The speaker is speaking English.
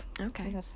Okay